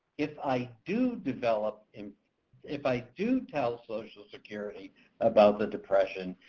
if i do develop and if i do tell social security about the depression,